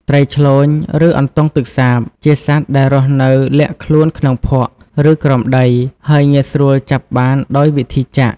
ត្រីឆ្លូញ ឬអន្ទង់ទឹកសាប ជាសត្វដែលរស់នៅលាក់ខ្លួនក្នុងភក់ ឬក្រោមដី ហើយងាយស្រួលចាប់បានដោយវិធីចាក់។